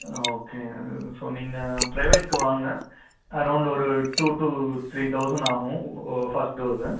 okay so நீங்கள் ப்ரைவேட்க்கு வாங்க அரௌண்ட் ஒரு டூ டு த்ரீ தொளசண்ட் ஆகும் ஃபர்ஸ்ட் டோஸ்